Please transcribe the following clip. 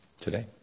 today